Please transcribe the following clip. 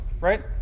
right